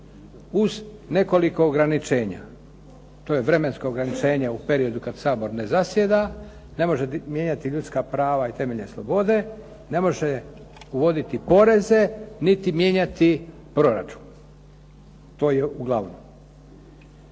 uz nekoliko ograničenja. To je vremensko ograničenje u periodu kad Sabor ne zasjeda, ne može mijenjati ljudska prava i temeljne slobode, ne može uvoditi poreze niti mijenjati proračun. To je uglavnom.